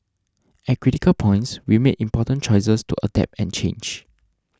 at critical points we made important choices to adapt and change